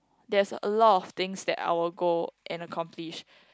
that's a lot of things that I will go and accomplish